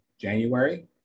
January